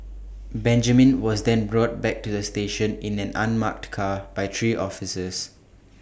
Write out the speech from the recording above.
Benjamin was then brought back to the station in an unmarked car by three officers